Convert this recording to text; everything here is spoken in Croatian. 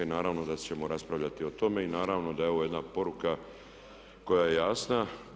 I naravno da ćemo raspravljati o tome i naravno da je ovo jedna poruka koja je jasna.